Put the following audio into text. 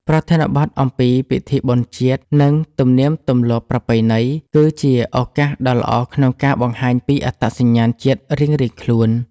ប្រធានបទអំពីពិធីបុណ្យជាតិ និងទំនៀមទម្លាប់ប្រពៃណី គឺជាឱកាសដ៏ល្អក្នុងការបង្ហាញពីអត្តសញ្ញាណជាតិរៀងៗខ្លួន។